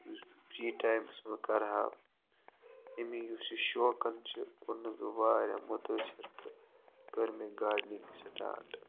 یُس بہٕ فرٛی ٹایمَس منٛز کَرٕہا اَمی یُس یہِ شوقَن چھُ کوٚرنَس بہٕ واریاہ مُتٲثر تہٕ کٔر مےٚ گارڈنِنٛگ سِٹارٹ